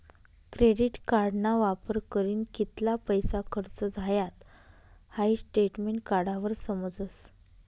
credit कार्डना वापर करीन कित्ला पैसा खर्च झायात हाई स्टेटमेंट काढावर समजस